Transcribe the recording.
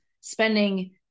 spending